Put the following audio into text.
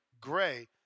gray